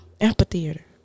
amphitheater